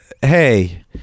hey